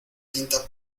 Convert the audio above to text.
tinta